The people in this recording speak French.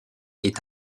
est